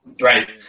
Right